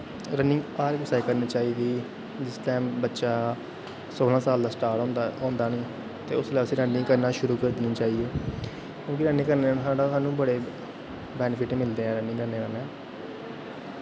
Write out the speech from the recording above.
running हर कुसै गी करनी चाहिदी जिस टैम बच्चा सोलां साल दा स्टार्ट होंदा नी ते उस टैम रनिंग करनी शुरू करी देनी चाहिदी क्योंकि रनिंग करने कन्नै साढ़े बड़े बैनिफिट मिलदे ऐ रनिंग करने कन्नै